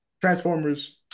Transformers